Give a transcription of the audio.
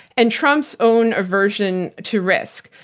and trump's own aversion to risk.